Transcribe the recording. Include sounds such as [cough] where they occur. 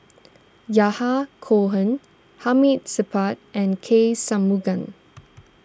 Yahya Cohen Hamid Supaat and K Shanmugam [noise]